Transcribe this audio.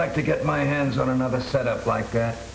like to get my hands on another set up like